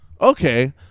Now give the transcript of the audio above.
Okay